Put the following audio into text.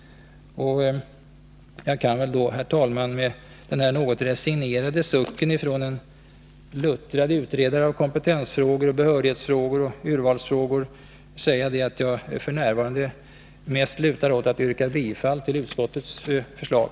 Herr talman! Med denna något resignerade suck från en luttrad utredare av kompetens-, behörighetsoch urvalsfrågor kan jag säga att jag f. n. mest lutar åt att yrka bifall till utskottets förslag.